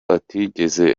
atigeze